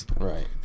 Right